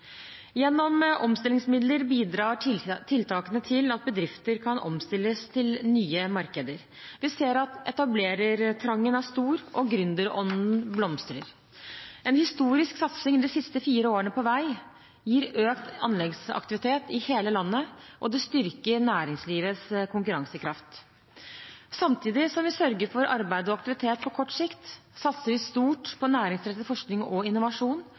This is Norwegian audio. Gjennom omstillingsmidler bidrar tiltakene til at bedrifter kan omstilles til nye markeder. Vi ser at etablerertrangen er stor, og gründerånden blomstrer. En historisk satsing de siste fire årene på vei gir økt anleggsaktivitet i hele landet, og det styrker næringslivets konkurransekraft. Samtidig som vi sørger for arbeid og aktivitet på kort sikt, satser vi stort på næringsrettet forskning og innovasjon,